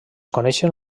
coneixen